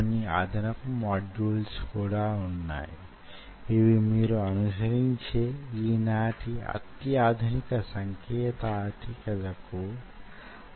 ఇప్పటి వరకు మనము మైక్రో కాంటిలివర్ గురించి దాని అభివృద్ధి గురించి మాట్లాడుకున్నాము